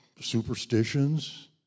superstitions